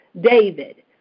David